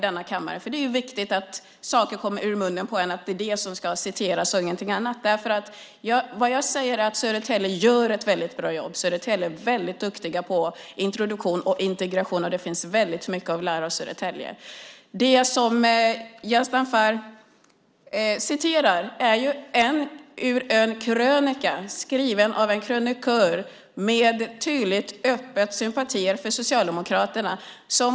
Det är viktigt att det är de saker som kommer ur munnen som ska citeras och ingenting annat. Jag säger att Södertälje gör ett väldigt bra jobb. I Södertälje är man väldigt duktig på introduktion och integration, och det finns väldigt mycket att lära av Södertälje. Det som Yazdanfar citerar är ur en krönika skriven av en krönikör som tydligt och öppet har sympatier för Socialdemokraterna.